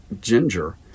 Ginger